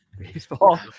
baseball